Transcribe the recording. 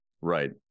right